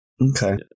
Okay